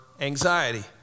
anxiety